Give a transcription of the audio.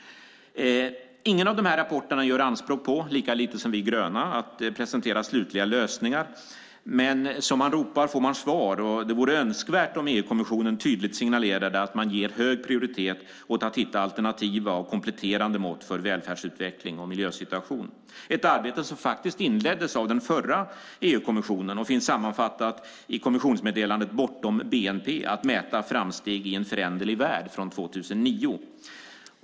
Ingen av de här rapporterna gör anspråk på - lika lite som vi gröna - att presentera slutliga lösningar, men som man ropar får man svar. Det vore önskvärt om EU-kommissionen tydligt signalerade att man ger hög prioritet åt att hitta alternativa och kompletterande mått för välfärdsutveckling och miljösituation. Det arbetet inleddes faktiskt av den förra EU-kommissionen och finns sammanfattat i kommissionsmeddelandet Bortom BNP - att mäta framsteg i en föränderlig värld från 2009.